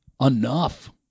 enough